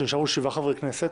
כשנשארו שבעה חברי כנסת,